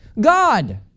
God